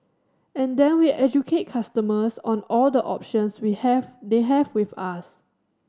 and then we educate customers on all the options we have they have with us